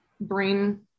brain